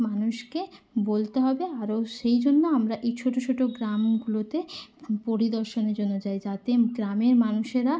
মানুষকে বলতে হবে আরও সেই জন্য আমরা এই ছোটো ছোটো গ্রামগুলোতে পরিদর্শনের জন্য যাই যাতে গ্রামের মানুষেরা